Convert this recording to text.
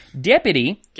deputy